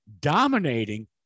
dominating